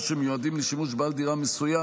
שהם מיועדים לשימוש בעל דירה מסוים,